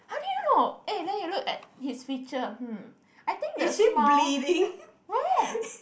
how do you know eh then you look at his feature hm I think the smile where